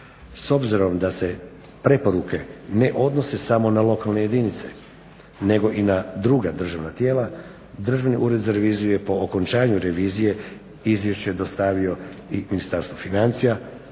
S obzirom da se preporuke ne odnose samo na lokalne jedinice nego i na druga državna tijela Državni ured za reviziju je po okončanju revizije izvješće dostavio i Ministarstvu financija,